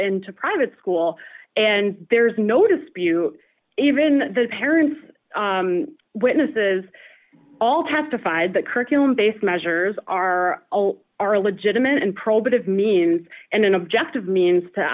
into private school and there's no dispute even the parents witnesses all testified that curriculum based measures are all are legitimate and probative means and an objective means to